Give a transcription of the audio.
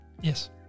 Yes